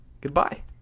goodbye